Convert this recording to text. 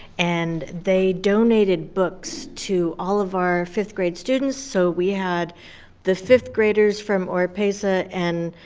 and they donated books to all of our fifth grade students, so we had the fifth graders from oropeza and,